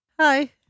Hi